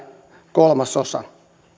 kolmasosa